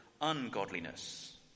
ungodliness